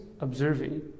observing